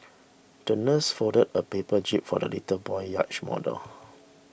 the nurse folded a paper jib for the little boy's yacht model